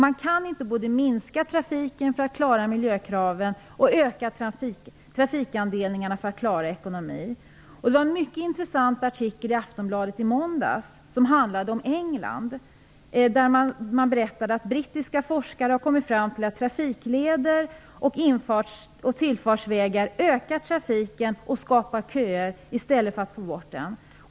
Man kan inte både minska trafiken för att klara miljökraven och utöka trafiklederna för att klara ekonomin. Det var en mycket intressant artikel i Aftonbladet i måndags som handlade om England. Det berättades att brittiska forskare har kommit fram till att ringleder och tillfartsvägar ökar trafiken och skapar köer i stället för att få bort dem.